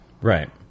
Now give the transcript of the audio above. Right